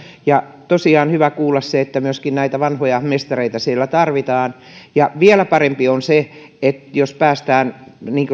ja tosiaan hyvä kuulla se että myöskin näitä vanhoja mestareita siellä tarvitaan vielä parempi on se jos päästään